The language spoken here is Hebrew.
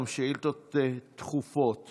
שאילתות דחופות